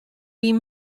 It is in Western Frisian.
wyn